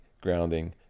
grounding